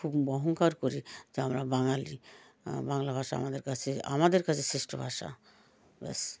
খুব অহংকার করি যে আমরা বাঙালি বাংলা ভাষা আমাদের কাছে আমাদের কাছে শ্রেষ্ঠ ভাষা ব্যাস